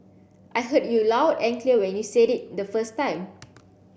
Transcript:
I heard you loud and clear when you said it the first time